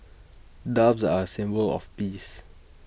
doves are A symbol of peace